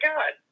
God